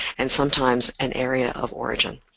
and sometimes an area of origin.